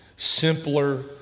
simpler